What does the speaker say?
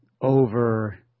over –